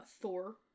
Thor